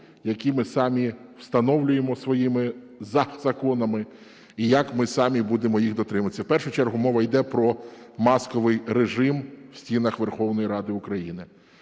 які ми самі встановлюємо своїми законами і як ми самі будемо їх дотримуватися. В першу чергу мова йде про масковий режим в стінах Верховної Ради України.